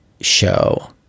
show